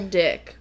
dick